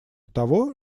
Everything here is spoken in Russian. того